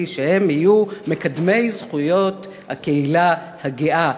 שהם יהיו מקדמי זכויות הקהילה הגאה.